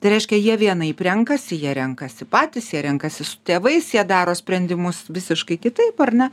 tai reiškia jie vienaip renkasi jie renkasi patys jie renkasi su tėvais jie daro sprendimus visiškai kitaip ar ne